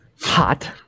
hot